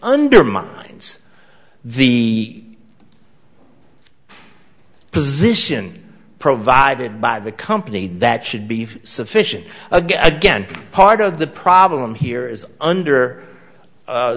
undermines the position provided by the company that should be sufficient again part of the problem here is under